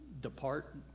depart